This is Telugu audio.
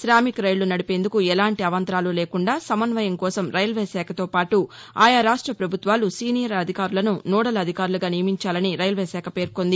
శామిక్ రైళ్లు నడిపేందుకు ఎలాంటీ అవాంతరాలూ లేకుండా సమన్వయం కోసం రైల్వే శాఖతో పాటు ఆయా రాష్ట ప్రభుత్వాలు సీనియర్ అధికారులసు నోడల్ అధికారులుగా నియమించాలని రైల్వే శాఖ పేర్కొంది